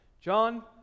John